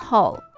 Hall